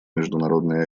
международной